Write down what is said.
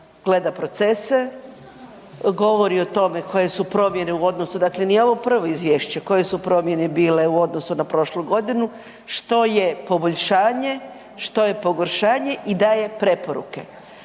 gleda procese, govori o tome koje su promjene u odnosu, dakle nije ovo prvo izvješće, koje su promjene bile u odnosu na prošlu godinu, što je poboljšanje, što je pogoršanje i daje preporuke.